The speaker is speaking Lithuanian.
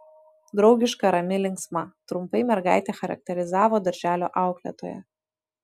draugiška rami linksma trumpai mergaitę charakterizavo darželio auklėtoja